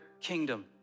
kingdom